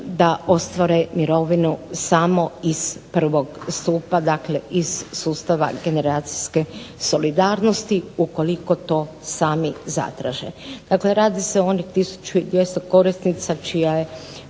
da ostvare mirovinu samo iz prvog stupa, dakle iz sustava generacijske solidarnosti ukoliko to sami zatraže. Dakle radi se o onih 1200 korisnica čija je